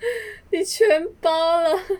你全包了